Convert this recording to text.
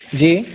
जी